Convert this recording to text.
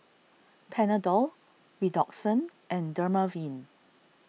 Panadol Redoxon and Dermaveen